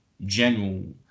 general